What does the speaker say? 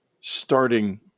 starting